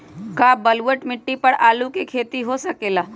का बलूअट मिट्टी पर आलू के खेती हो सकेला?